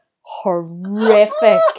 Horrific